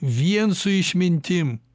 vien su išmintim